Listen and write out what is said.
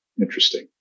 Interesting